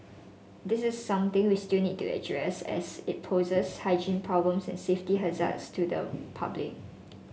this is something we still need to address as it poses hygiene problems and safety hazards to the public